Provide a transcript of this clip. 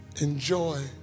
Enjoy